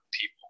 people